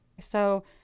So-